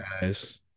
guys